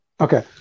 Okay